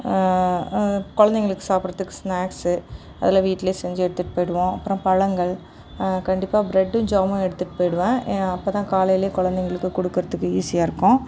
குழந்தைகளுக்கு சாப்பிடுறதுக்கு ஸ்நாக்ஸ்சு அதெலாம் வீட்டிலயே செஞ்சு எடுத்துட்டு போய்டுவோம் அப்புறம் பழங்கள் கண்டிப்பாக பிரட்டும் ஜாம்மு எடுத்துட்டு போய்டுவேன் அப்போதான் காலையிலயே குழந்தைகளுக்கு கொடுக்குறதுக்கு ஈசியாக இருக்கும்